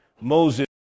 Moses